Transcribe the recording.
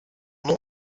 nom